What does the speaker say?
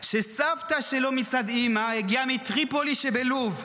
שסבתא שלו מצד אימא הגיעה מטריפולי שבלוב,